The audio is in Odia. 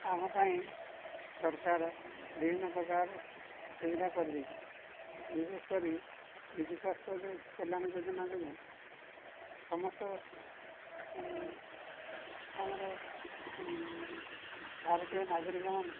ଆମ ପାଇଁ ସରକାର ବିଭିନ୍ନ ପ୍ରକାର ସୁବିଧା କରିଦେଇଛନ୍ତି ବିଶେଷ କରି ବିଜୁ ସ୍ୱାସ୍ଥ୍ୟ କଲ୍ୟାଣ ଯୋଜନା ଯୋଗୁଁ ସମସ୍ତ ଆମର ଭାରତୀୟ ନାଗରିକମାନେ